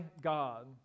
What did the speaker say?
God